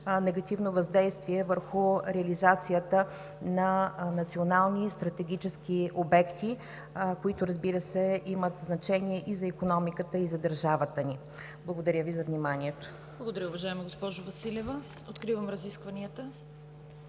негативно въздействие върху реализацията на национални и стратегически обекти, които, разбира се, имат значение и за икономиката, и за държавата ни. Благодаря Ви за вниманието. ПРЕДСЕДАТЕЛ ЦВЕТА КАРАЯНЧЕВА: Благодаря, уважаема госпожо Василева. Откривам разискванията.